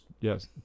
yes